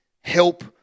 help